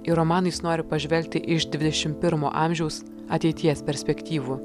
į romaną jis nori pažvelgti iš dvidešimt pirmo amžiaus ateities perspektyvų